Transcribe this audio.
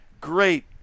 great